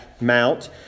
mount